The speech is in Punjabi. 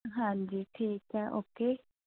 ਹਾਂਜੀ ਠੀਕ ਹੈ ਓਕੇ